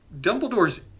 Dumbledore's